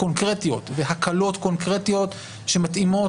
קונקרטיות והקלות קונקרטיות שמתאימות